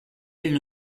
elles